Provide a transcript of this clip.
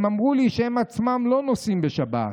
הם אמרו לי שהם עצמם לא נוסעים בשבת,